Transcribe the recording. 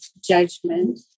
judgment